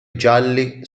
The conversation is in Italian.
gialli